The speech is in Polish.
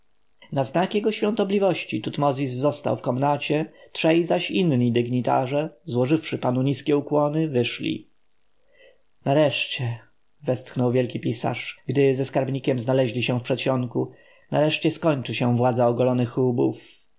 więzieniu na znak jego świątobliwości tutmozis został w komnacie trzej zaś inni dygnitarze złożywszy panu niskie ukłony wyszli nareszcie westchnął wielki pisarz gdy ze skarbnikiem znaleźli się w przedsionku nareszcie skończy się władza ogolonych